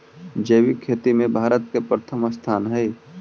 जैविक खेती में भारत के प्रथम स्थान हई